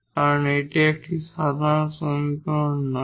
কারণ এটি একটি সাধারণ সমীকরণ নয়